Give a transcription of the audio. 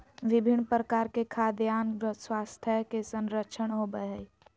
विभिन्न प्रकार के खाद्यान स्वास्थ्य के संरक्षण होबय हइ